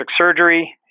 Surgery